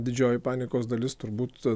didžioji panikos dalis turbūt